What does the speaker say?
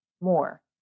more